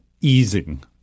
easing